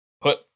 put